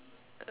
uh